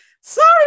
sorry